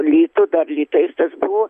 litų dar litais tas buvo